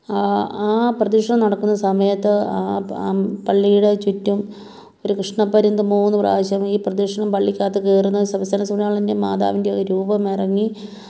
ആ ആ പ്രദിക്ഷണം നടക്കുന്ന സമയത്ത് ആ ആ പള്ളീടെ ചുറ്റും ഒരു കൃഷ്ണപ്പരുന്ത് മൂന്ന് പ്രാവശ്യം ഈ പ്രദിക്ഷണം പള്ളിക്കകത്ത് കയറുന്ന സെബാസ്ത്യാനോസ് പുണ്യാളൻറേം മാതാവിൻ്റെയും ഒരു രൂപം ഇറങ്ങി